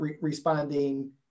responding